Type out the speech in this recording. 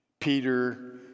Peter